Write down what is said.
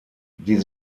die